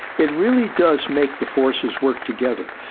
it really does make the forces work together.